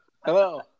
Hello